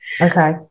okay